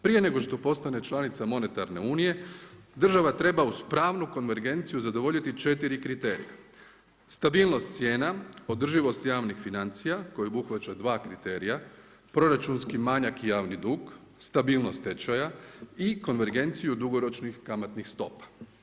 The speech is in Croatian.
Prije nego što postane članica monetarne unije država treba uz pravnu konvergenciju zadovoljiti 4 kriterija: stabilnost cijena, održivost javnih financija koje obuhvaća dva kriterija (proračunski manjak i javni dug), stabilnost tečaja i konvergenciju dugoročnih kamatnih stopa.